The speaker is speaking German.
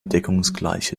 deckungsgleiche